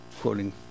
quoting